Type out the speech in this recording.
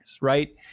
right